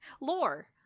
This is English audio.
Lore